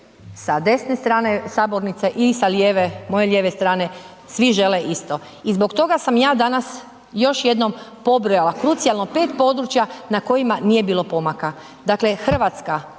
sa desne strane sabornice i sa lijeve, moje lijeve strane svi žele isto. I zbog toga sam ja danas još jednom pobrojala krucijalno pet područja na kojima nije bilo pomaka. Dakle, Hrvatska